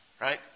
right